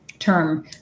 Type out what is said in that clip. term